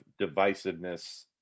divisiveness